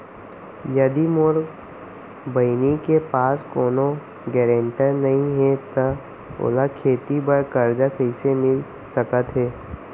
यदि मोर बहिनी के पास कोनो गरेंटेटर नई हे त ओला खेती बर कर्जा कईसे मिल सकत हे?